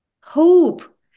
hope